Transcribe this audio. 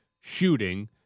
shooting